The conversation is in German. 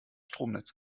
stromnetz